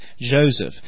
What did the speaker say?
Joseph